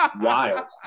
wild